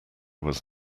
was